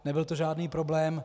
Nebyl to žádný problém.